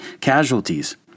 casualties